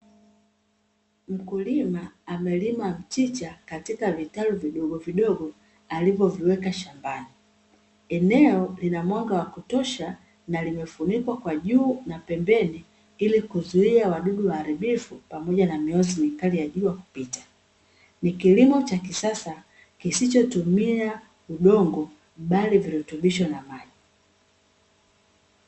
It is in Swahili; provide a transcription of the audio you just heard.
Mkulima amelima mchicha katika vitalu vidogovidogo alivyoviweka shambani. Eneo lina mwanga wa kutosha na limefunikwa kwa juu na pembeni ili kuzuia wadudu waharibifu pamoja na mionzi mikali ya jua kupita. Ni kilimo cha kisasa kisichotumia udongo bali virutubisho na maji.